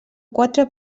quatre